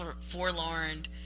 forlorn